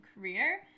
career